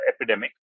epidemic